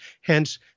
Hence